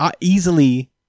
easily